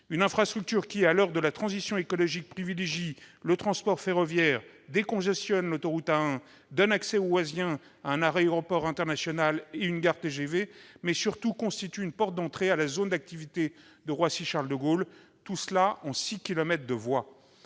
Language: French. d'une infrastructure qui, à l'heure de la transition écologique, privilégie le transport ferroviaire, décongestionne l'A 1, donne accès aux Oisiens à un aéroport international et à une gare TGV, mais qui constitue surtout une porte d'entrée à la zone d'activité de Roissy-Charles-de-Gaulle, tout cela en six